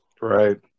Right